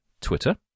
Twitter